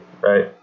Right